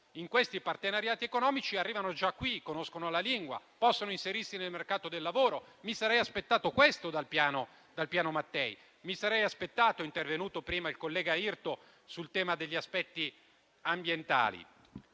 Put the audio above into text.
in questi partenariati economici, arrivano qui, conoscono già la lingua, possono inserirsi nel mercato del lavoro. Mi sarei aspettato questo dal Piano Mattei. È intervenuto prima il collega Irto sul tema degli aspetti ambientali.